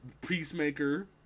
Peacemaker